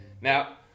now